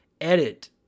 Edit